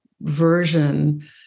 version